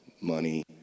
money